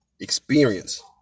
experience